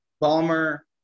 Balmer